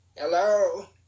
Hello